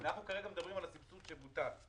אנחנו כרגע מדברים על הסבסוד שבוטל.